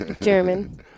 German